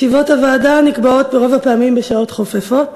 ישיבות הוועדה נקבעות ברוב הפעמים בשעות חופפות,